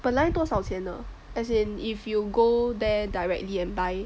本来多少钱呢 as in if you go there directly and buy